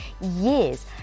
years